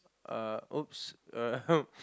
uh !oops!